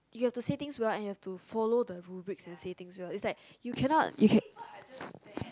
you have to say thing well and you have to follow the rubric and say thing well is like you cannot you can